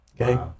okay